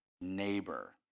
neighbor